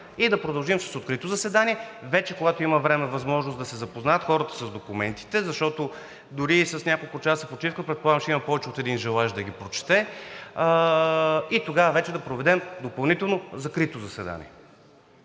и да продължим с открито заседание, когато вече има време и възможност хората да се запознаят с документите. Защото, дори и с няколко часа почивка, предполагам, че ще има повече от един желаещ да ги прочете. Тогава вече да проведем допълнително закрито заседание.